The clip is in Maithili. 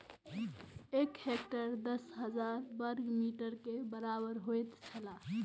एक हेक्टेयर दस हजार वर्ग मीटर के बराबर होयत छला